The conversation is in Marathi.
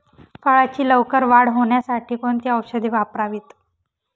फळाची लवकर वाढ होण्यासाठी कोणती औषधे वापरावीत?